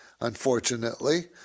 Unfortunately